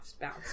bounce